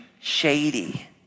shady